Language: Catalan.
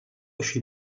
així